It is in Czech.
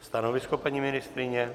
Stanovisko, paní ministryně?